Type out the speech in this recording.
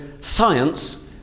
science